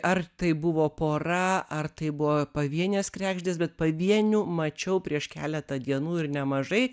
ar tai buvo pora ar tai buvo pavienės kregždės bet pavienių mačiau prieš keletą dienų ir nemažai